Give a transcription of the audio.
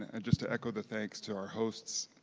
and just to echo the thanks to our hosts.